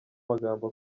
magambo